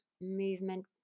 movement